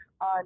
on